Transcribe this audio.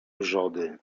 wrzody